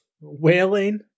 wailing